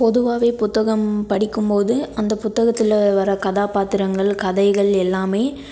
பொதுவாகவே புத்தகம் படிக்கும் போது அந்த புத்தகத்தில் வர கதாபாத்திரங்கள் கதைகள் எல்லாமே